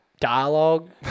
dialogue